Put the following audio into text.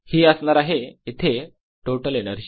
ही असणार आहे इथे टोटल एनर्जी